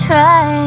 Try